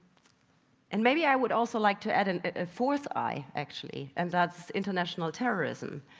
and maybe i would also like to add and a fourth i actually and that's international terrorism.